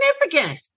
significant